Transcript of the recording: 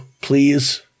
please